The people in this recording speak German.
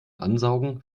ansaugen